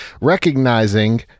recognizing